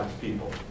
people